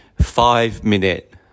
five-minute